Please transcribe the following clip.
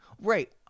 Right